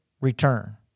return